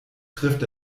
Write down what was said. trifft